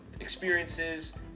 experiences